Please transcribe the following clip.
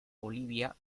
bolivia